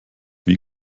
wie